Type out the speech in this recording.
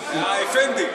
הוא היה אפנדי.